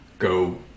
go